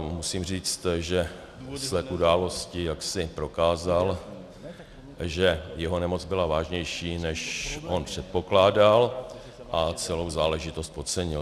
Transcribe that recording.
Musím říct, že sled událostí jaksi prokázal, že jeho nemoc byla vážnější, než on předpokládal, a celou záležitost podcenil.